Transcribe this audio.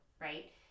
right